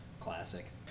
Classic